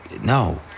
No